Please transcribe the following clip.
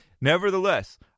Nevertheless